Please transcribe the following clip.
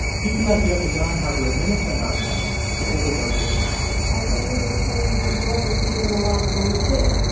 people are here to learn how to administer narcan to overdose victims at the end of this training, you will receive a naloxone kit.